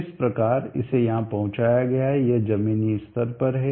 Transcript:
इस प्रकार इसे यहां पहुंचाया गया यह जमीनी स्तर पर है